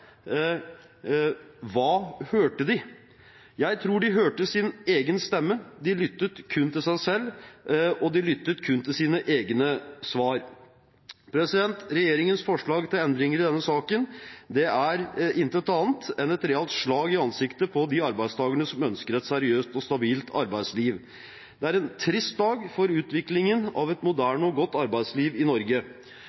Hva hørte de? Jeg tror de hørte sin egen stemme. De lyttet kun til seg selv, og de lyttet kun til sine egne svar. Regjeringens forslag til endringer i denne saken er intet annet enn et realt slag i ansiktet på de arbeidstakerne som ønsker et seriøst og stabilt arbeidsliv. Det er en trist dag for utviklingen av et moderne og godt arbeidsliv i Norge.